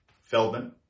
Feldman